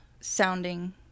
sounding